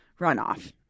runoff